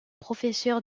professeur